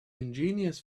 ingenious